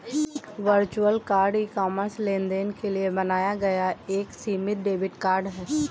virtual card e commerce लेनदेन के लिए बनाया गया एक सीमित डेबिट कार्ड है